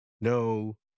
No